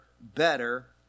better